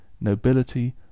nobility